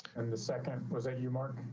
and the second was that you mark.